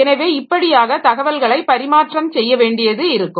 எனவே இப்படியாக தகவல்களை பரிமாற்றம் செய்ய வேண்டியது இருக்கும்